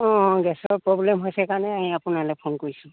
অঁ অঁ গেছৰ প্ৰব্লেম হৈছে কাৰণে আপোনালে ফোন কৰিছোঁ